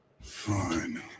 Fine